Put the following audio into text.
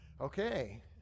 Okay